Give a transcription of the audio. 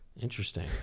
interesting